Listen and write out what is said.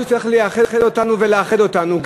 משהו שצריך לייחד אותנו ולאחד אותנו,